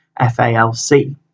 FALC